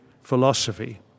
philosophy